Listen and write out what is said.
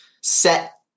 set